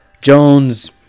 Jones